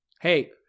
Hey